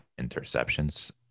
interceptions